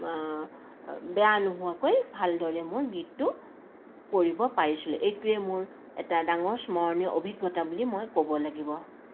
বেয়া নোহোৱাকৈ ভালদৰে মই গীতটো কৰিব পাৰিছিলোঁ এইটোৱে মোৰ এটা ডাঙৰ স্মৰণীয় অভিজ্ঞতা বুলি মই ক'ব লাগিব